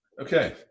Okay